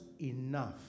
enough